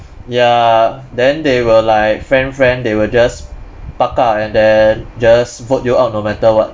ya then they will like friend friend they will just pakat and then just vote you out no matter what